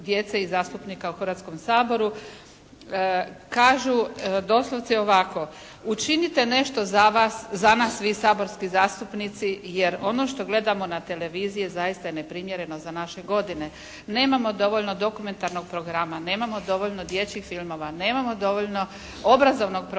djece i zastupnika u Hrvatskom saboru, kažu doslovce ovako: Učinite nešto za nas vi saborski zastupnici jer ono što gledamo na televiziji zaista je neprimjerno za naše godine. Nemamo dovoljno dokumentarnog programa, nemamo dovoljno dječjih filmova, nemamo dovoljno obrazovnog programa,